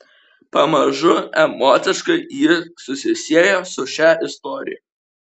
pamažu emociškai ji susisiejo su šia istorija